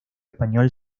español